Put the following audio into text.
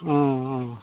अ अ